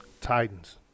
Titans